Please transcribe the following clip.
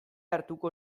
hartuko